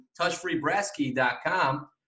touchfreebrasskey.com